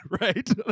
Right